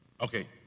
Okay